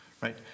right